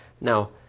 Now